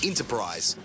Enterprise